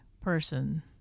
person